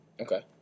Okay